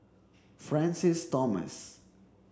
Francis Thomas